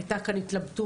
הייתה כאן התלבטות,